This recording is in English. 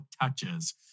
touches